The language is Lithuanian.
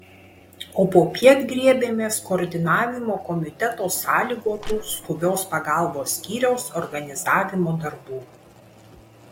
o popiet griebėmės koordinavimo komiteto sąlygotų skubios pagalbos skyriaus organizavimo darbų